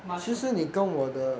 must also